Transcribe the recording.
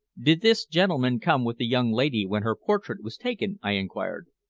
did this gentleman come with the young lady when her portrait was taken? i inquired.